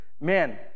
man